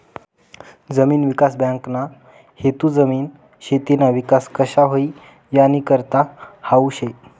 जमीन विकास बँकना हेतू जमीन, शेतीना विकास कशा व्हई यानीकरता हावू शे